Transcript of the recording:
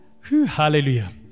Hallelujah